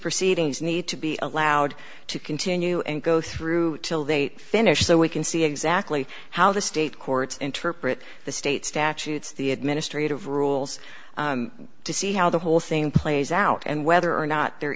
proceedings need to be allowed to continue and go through till they finish so we can see exactly how the state courts interpret the state statutes the administrative rules to see how the whole thing plays out and whether or not there